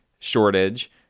shortage